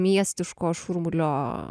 miestiško šurmulio